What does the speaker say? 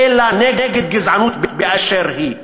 אלא נגד גזענות באשר היא.